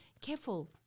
careful